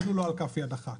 אפילו לא על כף יד אחת.